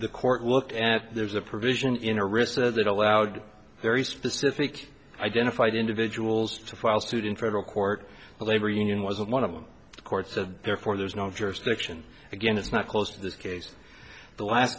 the court looked at there's a provision in a recess that allowed very specific identified individuals to file suit in federal court the labor union was one of the courts and therefore there's no jurisdiction again it's not close to this case the la